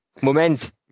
Moment